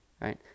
right